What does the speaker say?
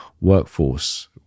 workforce